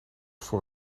voor